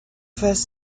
first